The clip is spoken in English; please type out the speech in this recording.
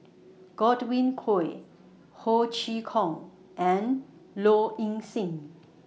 Godwin Koay Ho Chee Kong and Low Ing Sing